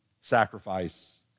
sacrifice